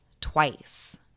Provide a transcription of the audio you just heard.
twice